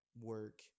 work